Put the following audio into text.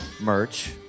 merch